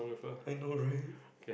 I know right